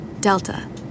Delta